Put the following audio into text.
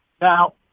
Now